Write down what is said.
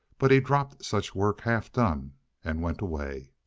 but he dropped such work half-done and went away.